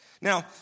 Now